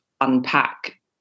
unpack